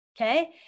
okay